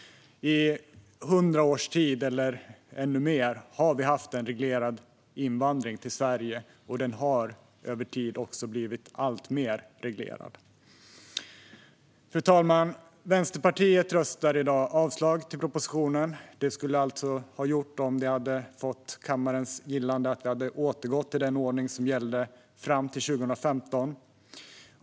I 100 års tid, eller ännu mer, har vi haft en reglerad invandring till Sverige, och den har över tid också blivit alltmer reglerad. Fru talman! Vänsterpartiet röstar i dag avslag på propositionen. Om det hade fått kammarens gillande hade det betytt att vi hade återgått till den ordning som gällde fram till 2015.